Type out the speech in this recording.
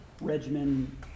regimen